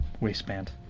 waistband